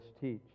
teach